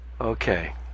Okay